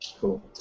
Cool